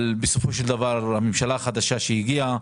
בסופו של דבר הממשלה החדשה שהגיעה